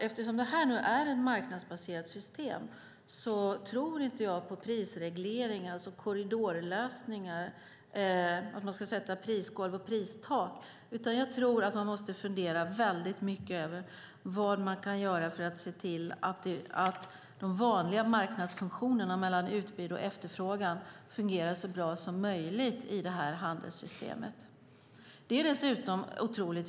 Eftersom detta nu är ett marknadsbaserat system tror jag inte på prisregleringar och korridorlösningar, det vill säga att man ska sätta prisgolv och pristak. Jag tror att man måste fundera väldigt mycket över vad man kan göra för att se till att de vanliga marknadsfunktionerna mellan utbud och efterfrågan fungerar så bra som möjligt i handelssystemet.